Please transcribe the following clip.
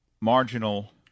marginal